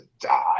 die